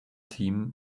team